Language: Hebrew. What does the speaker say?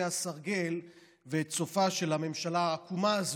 הסרגל ואת סופה של הממשלה העקומה הזו,